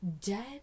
dead